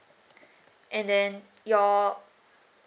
and then your